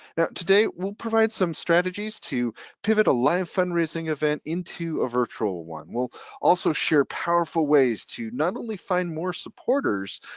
now today, we'll provide some strategies to pivot a live fundraising event into a virtual one. we'll also share powerful ways to not only find more supporters,